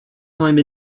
time